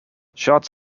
schatz